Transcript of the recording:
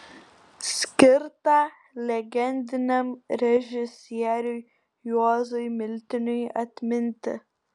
skirta legendiniam režisieriui juozui miltiniui atminti